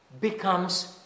becomes